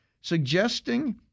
suggesting